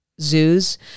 zoos